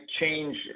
change